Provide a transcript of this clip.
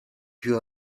più